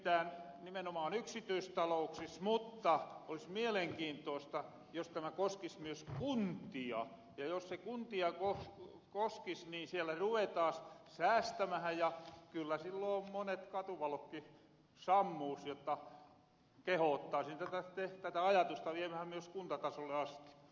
nimittään nimenomaan yksityistalouksis mutta olis mielenkiintoosta jos tämä koskis myös kuntia ja jos se kuntia koskis niin sielä ruvetaas säästämähän ja kyllä silloon monet katuvalotki sammuus jotta kehoottaasin tätä ajatusta viemähän myös kuntatasolle asti